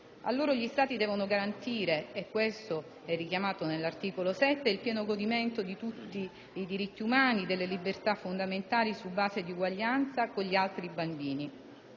A loro gli Stati devono garantire (secondo quanto è richiamato all'articolo 7) il pieno godimento di tutti i diritti umani e delle libertà fondamentali su base di uguaglianza con gli altri bambini.